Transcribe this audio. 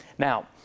Now